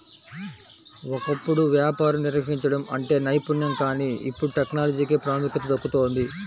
ఒకప్పుడు వ్యాపారం నిర్వహించడం అంటే నైపుణ్యం కానీ ఇప్పుడు టెక్నాలజీకే ప్రాముఖ్యత దక్కుతోంది